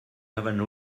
haven’t